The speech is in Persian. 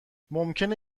ممکنه